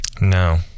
No